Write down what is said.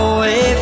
Away